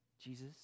Jesus